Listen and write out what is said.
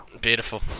Beautiful